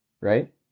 Right